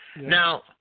Now